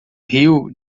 riu